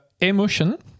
emotion